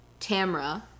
Tamra